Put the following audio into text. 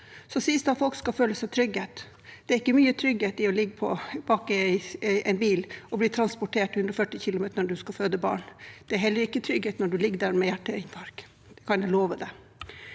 Så sies det at folk skal føle seg trygge. Det er ikke mye trygghet i å ligge bak i en bil og bli transportert 140 km når du skal føde barn. Det er heller ikke trygghet når du ligger der med hjerteinfarkt – det kan jeg love